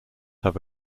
have